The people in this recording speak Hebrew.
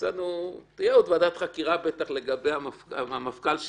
תהיה עוד ועדת חקירה לגבי המפכ"ל,